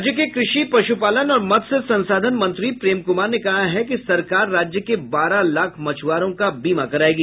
राज्य के कृषि पशुपालन और मत्स्य संसाधन मंत्री प्रेम कुमार ने कहा है कि सरकार राज्य के बारह लाख मछ्आरों का बीमा करायेगी